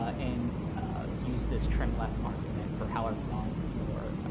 and use this trim left argument for however long your